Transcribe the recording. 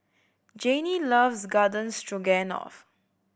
Janey loves Garden Stroganoff